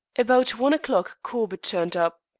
about one o'clock corbett turned up.